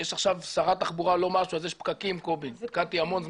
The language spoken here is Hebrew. יש עכשיו שרת תחבורה לא משהו, אז יש פקקים, קובי.